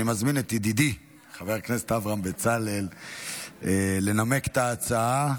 אני מזמין את ידידי חבר הכנסת אברהם בצלאל לנמק את ההצעה.